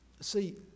See